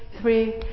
three